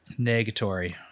Negatory